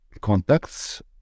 contacts